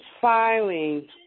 filing